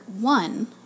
one